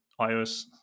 iOS